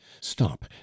Stop